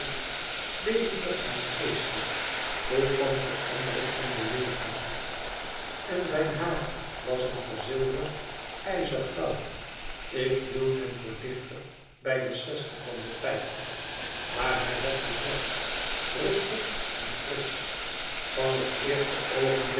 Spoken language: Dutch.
levendig en geestig vol van verandering en beweging en zijn haar was een verzilverd ijzergrauw ik hield hem voor dichter bij de zestig ilan de vijftig maar hij was nog recht rustig en frisch van het eerste oogenblik